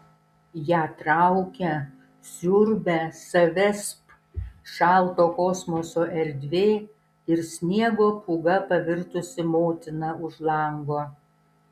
ją traukia siurbia savęsp šalto kosmoso erdvė ir sniego pūga pavirtusi motina už lango